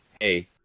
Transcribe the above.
hey